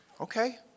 Okay